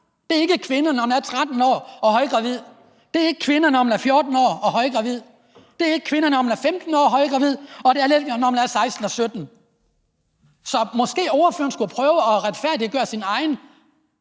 Det er ikke en kvinde, når man er 13 år og højgravid. Det er ikke en kvinde, når man er 14 år og højgravid. Det er ikke en kvinde, når man er 15 år og højgravid, og det er det heller ikke, når man er 16 og 17. Så måske ordføreren skulle prøve at retfærdiggøre sin egen